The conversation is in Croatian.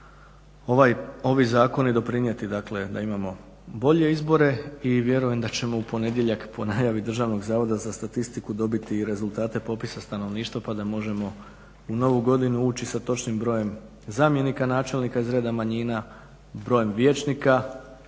ovi zakoni doprinijeti dakle da imamo bolje izbore, i vjerujem da ćemo u ponedjeljak po najavi Državnog zavoda za statistiku dobiti i rezultate popisa stanovništva, pa da možemo u novu godinu ući sa točnim brojem zamjenika načelnika iz reda manjina, brojem vijećnika,